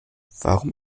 warum